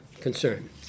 concern